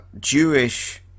jewish